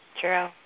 True